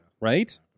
right